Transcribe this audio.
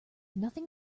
nothing